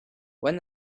when